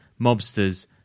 mobsters